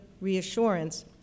reassurance